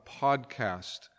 podcast